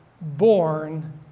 born